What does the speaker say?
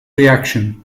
reaction